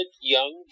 young